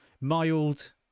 mild